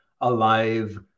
alive